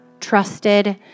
trusted